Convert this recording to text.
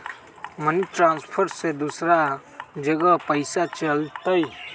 Money transfer से दूसरा जगह पईसा चलतई?